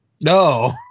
No